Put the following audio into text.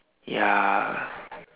ya